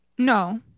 No